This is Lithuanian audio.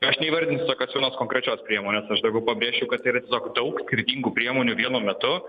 aš neįvardinsiu tokios vienos konkrečios priemonės aš daugiau pabrėšiu kad yra tiesiog daug skirtingų priemonių vienu metu